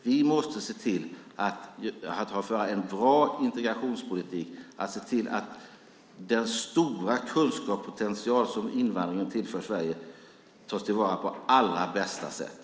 Vi måste se till att föra en bra integrationspolitik och se till att den stora kunskapspotential som invandringen tillför Sverige tas till vara på allra bästa sätt.